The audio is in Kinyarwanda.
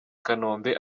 kanombe